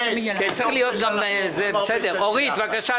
אורית, בבקשה.